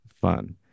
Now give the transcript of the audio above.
fun